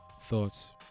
thoughts